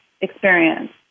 experience